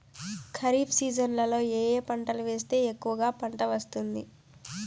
ఖరీఫ్ సీజన్లలో ఏ ఏ పంటలు వేస్తే ఎక్కువగా పంట వస్తుంది?